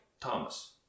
Thomas